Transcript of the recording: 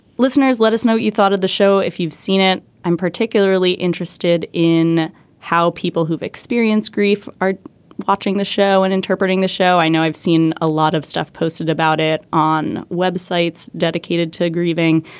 listeners let us know what you thought of the show if you've seen it. i'm particularly interested in how people who've experienced grief are watching the show and interpreting the show. i know i've seen a lot of stuff posted about it on websites dedicated to grieving.